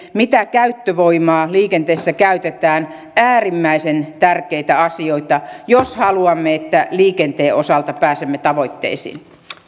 mitä käyttövoimaa liikenteessä käytetään äärimmäisen tärkeitä asioita jos haluamme että liikenteen osalta pääsemme tavoitteisiin